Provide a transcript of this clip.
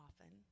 often